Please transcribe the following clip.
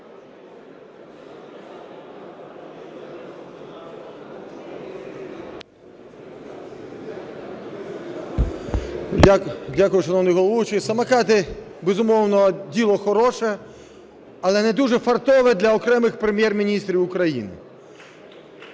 Дякую, шановний головуючий. Самокати – безумовно, діло хороше, але не дуже фартове для окремих прем’єр-міністрів України.